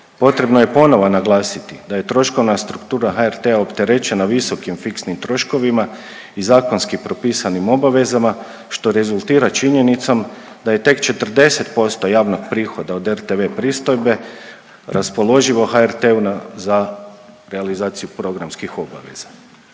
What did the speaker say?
potrebno je ponovno naglasiti da je troškovna struktura HRT-a opterećena visokom fiksnim troškovima i zakonski propisanim obavezama što rezultira činjenicom da je tek 40% javnog prihoda od rtv pristojbe raspoloživo HRT-u na za realizaciju programskih obaveza.